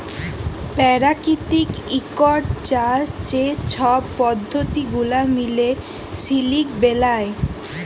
পেরাকিতিক ইকট চাষ যে ছব পদ্ধতি গুলা মিলে সিলিক বেলায়